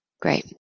Great